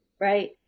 right